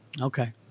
Okay